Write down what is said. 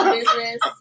business